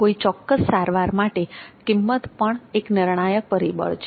કોઈ ચોક્કસ સારવાર માટે કિંમત પણ એક નિર્ણાયક પરિબળ છે